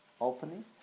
opening